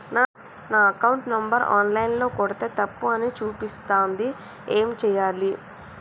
నా account number online ల కొడ్తే తప్పు అని చూపిస్తాంది ఏం చేయాలి?